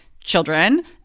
children